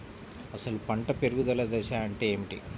అసలు పంట పెరుగుదల దశ అంటే ఏమిటి?